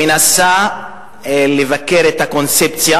מנסה לבקר את הקונספציה,